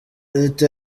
leta